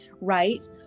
right